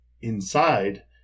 inside